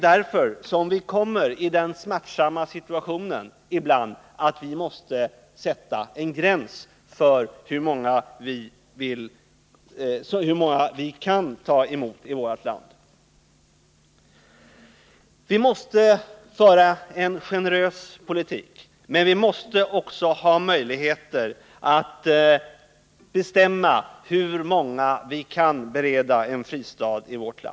Därför kommer vi ibland i den smärtsamma situationen att vi måste sätta en gräns för hur många som kan tas emot i vårt land. Vi måste föra en generös politik, men måste också ha möjlighet att bestämma hur många vi kan bereda en fristad.